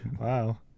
Wow